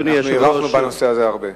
אנחנו הארכנו בנושא הזה הרבה.